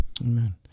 Amen